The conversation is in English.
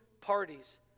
parties